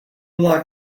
locked